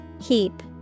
Heap